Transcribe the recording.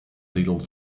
little